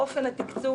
באופן התקצוב,